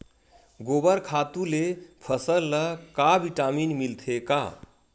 गोबर खातु ले फसल ल का विटामिन मिलथे का?